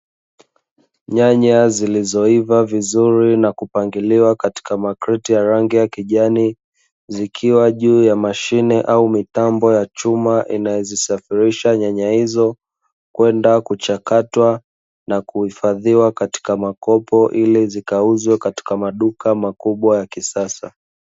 Nyanya zilizoiva vizuri na kupangiliwa katika makreti ya kijani, zikiwa juu ya mashine au mitambo ya chuma, inazozisafirisha nyanya izo kwenda kuchakatwa na kuifadhiwa katika makopo ili zikauzwe katika maduka makubwa ya kisasa.